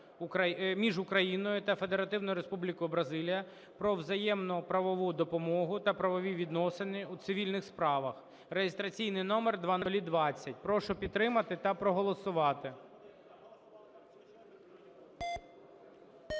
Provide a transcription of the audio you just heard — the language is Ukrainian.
між Україною та Федеративною Республікою Бразилія про взаємну правову допомогу та правові відносини у цивільних справах (реєстраційний номер 0020). Прошу підтримати та проголосувати.